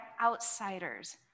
outsiders